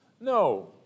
No